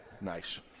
Nice